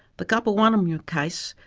the kapawanamyu case,